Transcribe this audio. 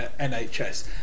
NHS